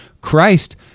Christ